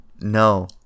No